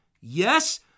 Yes